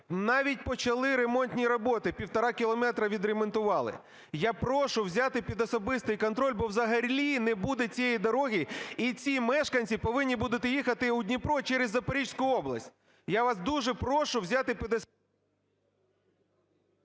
навіть почали ремонтні роботи, півтора кілометри відремонтували. Я прошу взяти під особистий контроль, бо взагалі не буде цієї дороги і ці мешканці повинні будуть їхати у Дніпро через Запорізьку область. Я вас дуже прошу взяти під… 10:52:13